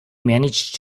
managed